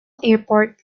airport